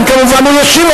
נא לסיים, אני מבקש ממך.